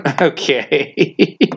Okay